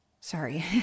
Sorry